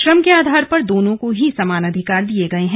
श्रम के आधार पर दोनों को ही समान अधिकार दिये गये हैं